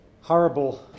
horrible